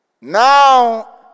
Now